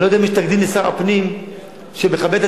אני לא יודע אם יש תקדים לשר הפנים שמכבד את